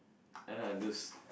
ya lah those